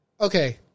Okay